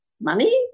money